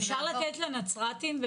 אפשר לתת לנצרתים?